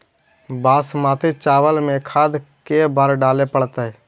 बासमती चावल में खाद के बार डाले पड़तै?